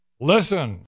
Listen